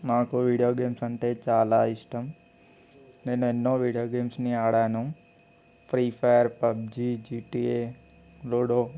మాకు video games అంటే చాలా ఇష్టం నేను ఎన్నో వీడియో గేమ్స్ని ఆడాను Free Fire PUBG GTA ludo